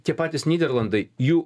tie patys nyderlandai jų